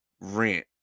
rent